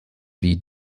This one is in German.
wie